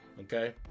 okay